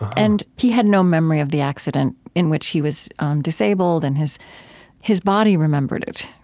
and he had no memory of the accident in which he was um disabled, and his his body remembered it.